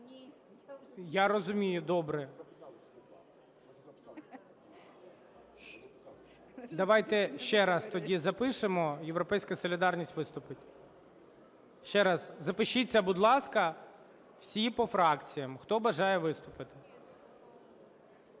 Я розумію, добре. Давайте ще раз тоді запишемо, "Європейська солідарність" виступить. Ще раз запишіться, будь ласка, всі по фракціях, хто бажає виступити.